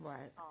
Right